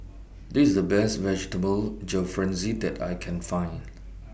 This IS The Best Vegetable Jalfrezi that I Can Find